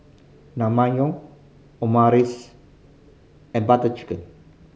Naengmyeon Omurice and Butter Chicken